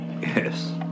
Yes